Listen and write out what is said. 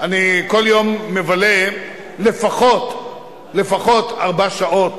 כל יום אני מבלה לפחות ארבע שעות